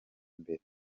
imbere